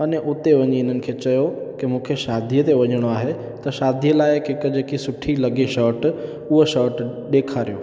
अने उते वञी इन्हनि खे चयो कि मूंखे शादीअ ते वञिणो आहे त शादीअ लाइ हिकु जेकी सुठी लॻे शॉट उहा शॉट ॾेखारियो